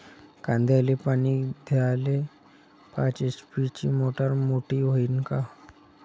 कांद्याले पानी द्याले पाच एच.पी ची मोटार मोटी व्हईन का?